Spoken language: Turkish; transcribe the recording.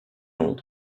oldu